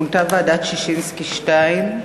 מונתה ועדת ששינסקי 2,